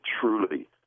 truly